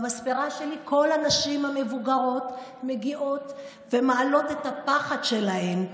במספרה שלי כל הנשים המבוגרות מגיעות ומעלות את הפחד שלהן.